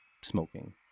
smoking